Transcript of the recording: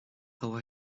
how